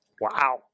Wow